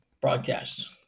broadcast